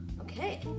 Okay